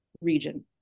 region